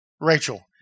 Rachel